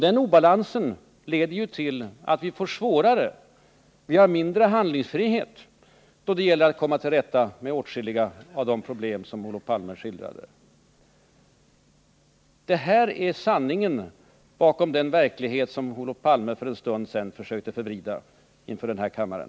Den obalansen leder till att vi får det svårare och att vi får mindre handlingsfrihet då det gäller att komma till rätta med åtskilliga av de svårigheter som Olof Palme skildrade. Det här är sanningen bakom den verklighet som Olof Palme för en stund sedan försökte förvrida inför den här kammaren.